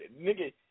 nigga